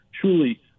truly